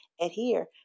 adhere